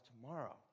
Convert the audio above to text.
tomorrow